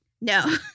No